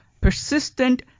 persistent